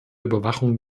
überwachung